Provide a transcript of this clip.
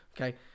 Okay